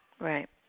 Right